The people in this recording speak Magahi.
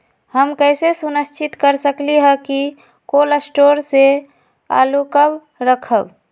हम कैसे सुनिश्चित कर सकली ह कि कोल शटोर से आलू कब रखब?